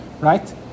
right